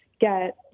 get